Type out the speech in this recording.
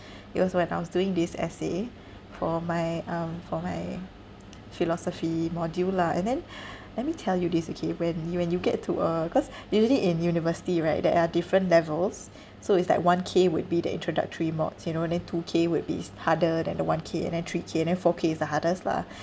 it was when I was doing this essay for my um for my philosophy module lah and then let me tell you this okay when you when you get to a cause usually in university right there are different levels so it's like one K would be the introductory mods you know then two K would bes harder than the one K and then three K then four K is the hardest lah